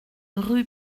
rue